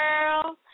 girl